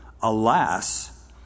Alas